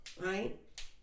right